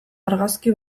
argazki